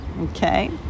okay